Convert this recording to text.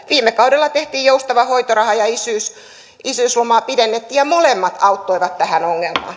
viime kaudella tehtiin joustava hoitoraha ja isyyslomaa pidennettiin ja molemmat auttoivat tähän